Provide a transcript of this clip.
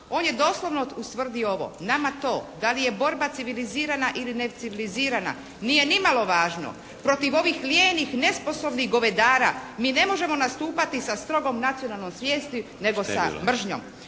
On je doslovno ustvrdio ovo. Nama to da li je borba civilizirana ili necivilizirana, nije nimalo važno. Protiv ovih lijenih i nesposobnih govedara, mi ne možemo nastupati sa strogom nacionalnom svijesti, nego sa mržnjom.